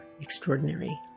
extraordinary